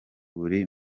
buri